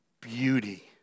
beauty